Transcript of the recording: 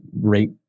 rate